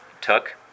took